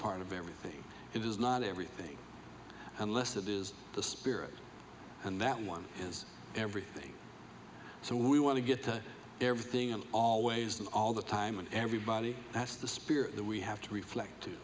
part of everything it is not everything unless it is the spirit and that one is everything so we want to get to everything i'm always and all the time and everybody that's the spirit that we have to reflect two